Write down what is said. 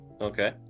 okay